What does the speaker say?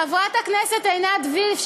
חברת הכנסת עינת וילף,